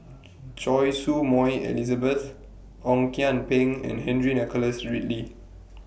Choy Su Moi Elizabeth Ong Kian Peng and Henry Nicholas Ridley